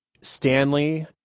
Stanley